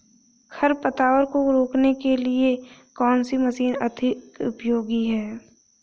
खरपतवार को रोकने के लिए कौन सी मशीन अधिक उपयोगी है?